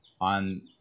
on